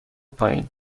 پایین